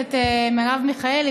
הכנסת מרב מיכאלי,